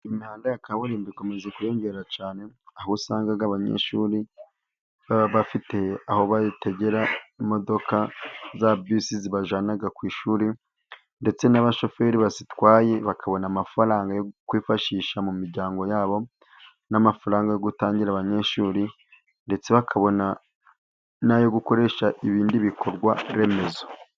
Imihanda ya kaburimbo ikomeje kwiyongera cyane, aho usanga abanyeshuri baba bafite aho bategera imodoka za busi zibajyana ku ishuri ndetse n'abashoferi bazitwaye bakabona amafaranga yo kwifashisha mu miryango yabo, n'amafaranga yo gutangira abanyeshuri ndetse bakabona n'ayo gukoresha ibindi bikorwaremezo.